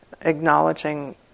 acknowledging